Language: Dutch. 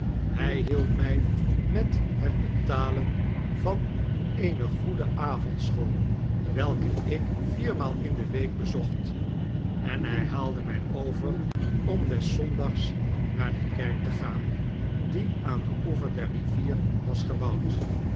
hij hielp mij met het betalen van eene goede avondschool welke ik viermaal in de week bezocht en hij haalde mij over om des zondags naar de kerk te gaan die aan den oever der rivier was gebouwd